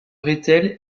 rethel